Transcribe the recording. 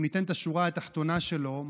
אם ניתן את השורה התחתונה שלו,